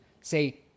say